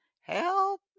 help